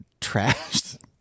trashed